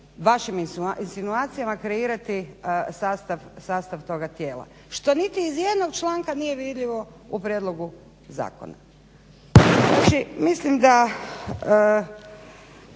vašim insinuacijama kreirati sastav toga tijela što niti iz jednog članka nije vidljivo u prijedlogu zakona. Znači mislim da